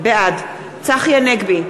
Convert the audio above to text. בעד צחי הנגבי,